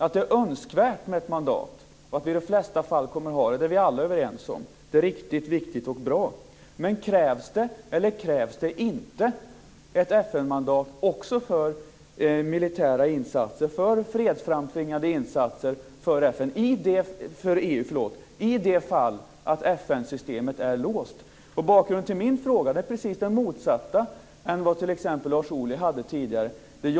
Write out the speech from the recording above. Att det är önskvärt med ett mandat och att vi i de flesta fall kommer att ha det är vi alla överens om. Det är riktigt, viktigt och bra. Men krävs det eller krävs det inte ett FN-mandat också för militära insatser, för fredsframtvingande insatser för EU i de fall då FN Bakgrunden till min fråga är precis den motsatta i förhållande till t.ex. Lars Ohlys tidigare fråga.